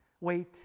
wait